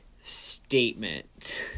statement